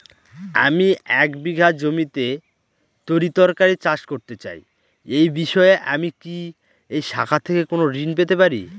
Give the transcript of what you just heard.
আমি এক বিঘা জমিতে তরিতরকারি চাষ করতে চাই এই বিষয়ে আমি কি এই শাখা থেকে কোন ঋণ পেতে পারি?